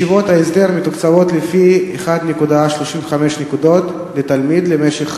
ישיבות ההסדר מתוקצבות לפי 1.35 נקודות לתלמיד למשך